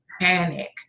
panic